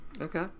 okay